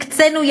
הקצינו,